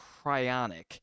Cryonic